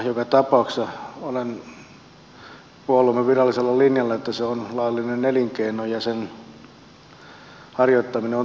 joka tapauksessa olen puolueemme virallisella linjalla että se on laillinen elinkeino ja sen harjoittaminen on turvattava